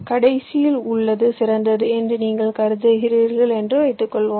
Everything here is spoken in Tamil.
கடைசியில் உள்ளது சிறந்தது என்று நீங்கள் கருதுகிறீர்கள் என்று வைத்துக்கொள்வோம்